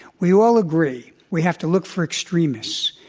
we all agree we have to look for extremists.